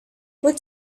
what